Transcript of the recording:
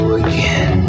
again